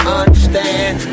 understand